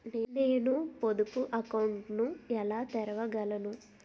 నేను పొదుపు అకౌంట్ను ఎలా తెరవగలను?